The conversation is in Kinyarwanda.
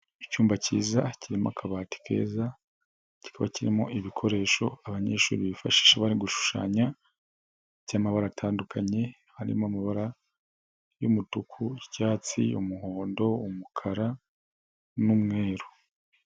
Icyumba kiza a kirimo akabati keza, kikaba kirimo ibikoresho abanyeshuri bifashisha bari gushushanya by'amabara atandukanye harimo amabara y'umutuku, icyatsi, umuhondo umukara n'umweru.